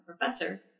professor